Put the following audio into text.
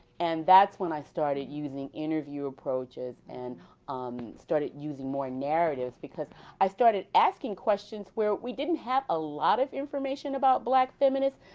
and when i started using interview approaches and um started using more narratives because i started asking questions where we didn't have a lot of information about black feminists,